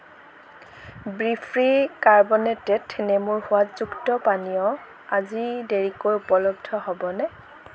বিফ্ৰী carbonated নেমুৰ সোৱাদযুক্ত পানীয় আজি দেৰিকৈ উপলব্ধ হ'বনে